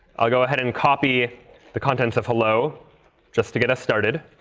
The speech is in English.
i'll go ahead and copy the contents of hello just to get us started.